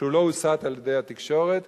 שלא הוסת על-ידי התקשורת,